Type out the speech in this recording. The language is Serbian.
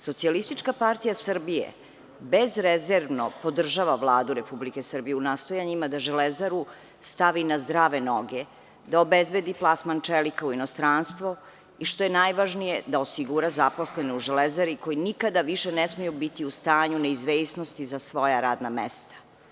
Socijalistička partija Srbije bezrezervno podržava Vladu Republike Srbije u nastojanjima da „Železaru“ stavi na zdrave noge, da obezbedi plasman čelika u inostranstvo i što je najvažnije da osigura zaposlene u „Železari“ koji nikada više ne smeju biti u stanju neizvesnosti za svoja radna mesta.